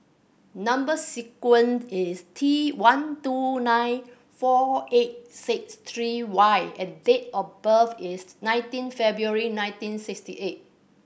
number sequence is T one two nine four eight six three Y and date of birth is nineteen February nineteen sixty eight